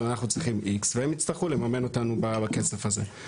אנחנו צריכים X והם יצטרכו לממן אותנו בכסף הזה.